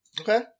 okay